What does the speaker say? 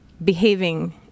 behaving